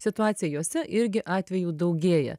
situaciją jose irgi atvejų daugėja